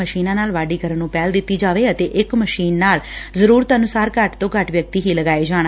ਮਸ਼ੀਨਾਂ ਨਾਲ ਵਾਢੀ ਕਰਨ ਨੂੰ ਪਹਿਲ ਦਿੱਤੀ ਜਾਵੇ ਅਤੇ ਇੱਕ ਮਸ਼ੀਨ ਨਾਲ ਜ਼ਰੂਰਤ ਅਨੁਸਾਰ ਘੱਟ ਤੋਂ ਘੱਟ ਵਿਅਕਤੀ ਹੀ ਲਗਾਏ ਜਾਣ